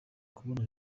kubona